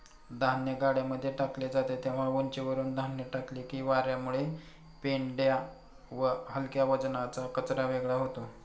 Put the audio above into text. धान्य गाड्यांमध्ये टाकले जाते तेव्हा उंचीवरुन धान्य टाकले की वार्यामुळे पेंढा व हलक्या वजनाचा कचरा वेगळा होतो